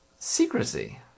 Secrecy